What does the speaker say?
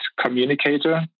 communicator